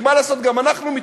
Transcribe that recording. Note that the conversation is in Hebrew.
כי מה לעשות, גם אנחנו מתרחבים.